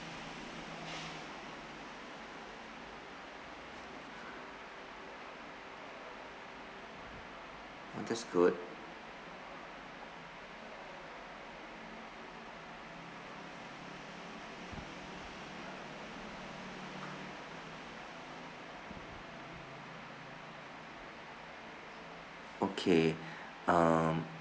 oh that's good okay um